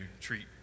treat